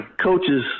coaches